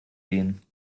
gehen